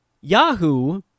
Yahoo